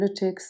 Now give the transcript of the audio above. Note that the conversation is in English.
analytics